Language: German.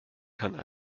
kann